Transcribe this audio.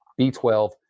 B12